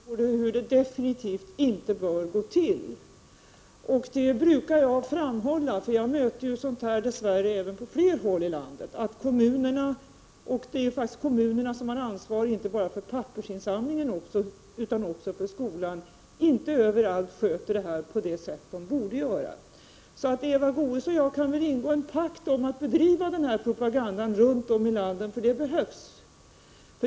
Om återvinningen ar Herr talman! Det som Eva Goéäs beskriver är ett exempel på hur det Pepper definitivt inte får gå till. Jag möter sådant dess värre även på fler håll i landet. Jag brukar framhålla att kommunerna, och det är faktiskt kommunerna som har ansvar både för pappersinsamlingen och för skolorna — inte överallt sköter detta på det sätt de borde. Eva Goéäs och jag kan väl ingå en pakt om att bedriva denna propaganda runt om i landet. Det behövs.